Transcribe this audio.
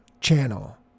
channel